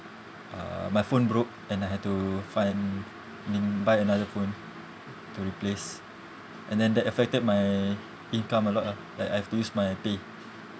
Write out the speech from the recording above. uh my phone broke and I had to find mean buy another phone to replace and then that affected my income a lot ah like I have to use my pay